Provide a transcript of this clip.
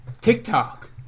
TikTok